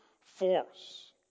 force